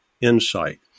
Insight